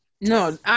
No